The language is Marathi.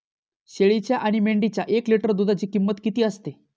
शेळीच्या आणि मेंढीच्या एक लिटर दूधाची किंमत किती असते?